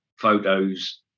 photos